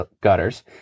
gutters